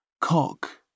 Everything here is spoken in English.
Cock